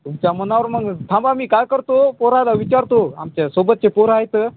तुमच्या मनावर मग थांबा मी काय करतो पोराला विचारतो आमच्या सोबतचे पोरं आहे तर